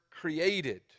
created